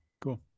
Cool